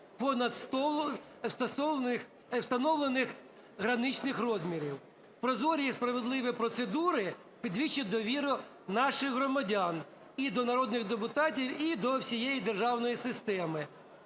понад встановлених граничних розмірів. Прозорі і справедливі процедури підвищать довіру наших громадян і до народних депутатів, і до всієї державної системи.